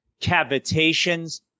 cavitations